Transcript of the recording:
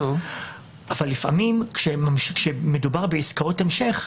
לפעמים כשמדובר בעסקאות המשך,